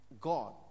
God